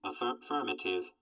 Affirmative